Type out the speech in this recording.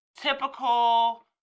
typical